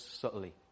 subtly